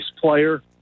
player